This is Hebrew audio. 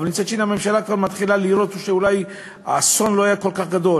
אבל מצד שני הממשלה כבר מתחילה לראות שאולי האסון לא היה כל כך גדול,